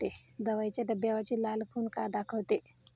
दवाईच्या डब्यावरची लाल खून का दाखवते?